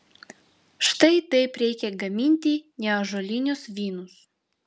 štai taip reikia gaminti neąžuolinius vynus